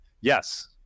Yes